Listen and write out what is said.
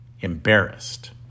embarrassed